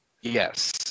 Yes